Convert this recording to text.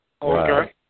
Okay